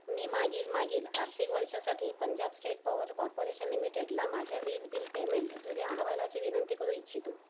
मी मागील मागील आर्थिक वर्षासाठी पंजाब स्टेट पॉवर कॉर्पोरेशन लिमिटेडला माझ्या वीज बिल पेमेंट जुन्या अहवालाची विनंती करू इच्छितो